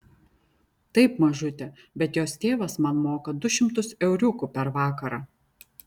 taip mažute bet jos tėvas man moka du šimtus euriukų per vakarą